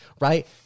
right